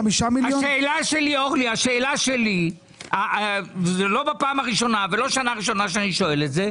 השאלה שלי וזאת לא שנה ראשונה שאני שואל את זה.